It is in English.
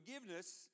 forgiveness